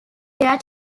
their